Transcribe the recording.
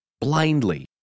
blindly